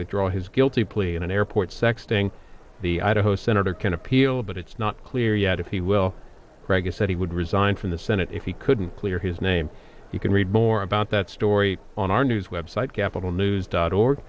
withdraw his guilty plea in an airport sex sting the idaho senator can appeal but it's not clear yet if he will brag of said he would resign from the senate if he couldn't clear his name you can read more about that story on our news web site capital news dot org